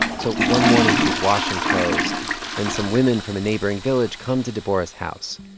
so one morning, she's washing clothes and some women from a neighboring village come to deborah's house.